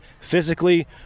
physically